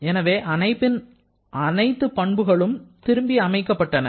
எனவே அமைப்பின் அனைத்து பண்புகளும் திருப்பி அமைக்கப்பட்டன